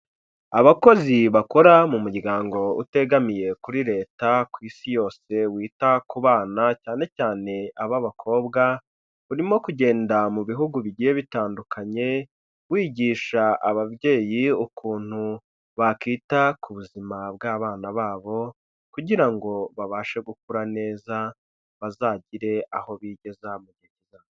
Abakozi bakora mu muryango utegamiye kuri Leta ku isi yose wita ku bana cyane cyane ab'abakobwa, urimo kugenda mu bihugu bigiye bitandukanye wigisha ababyeyi ukuntu bakwita ku buzima bw'abana babo, kugira ngo babashe gukura neza bazagire aho bigeza mu gihe kizaza.